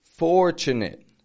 Fortunate